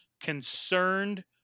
concerned